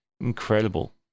incredible